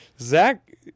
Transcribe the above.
Zach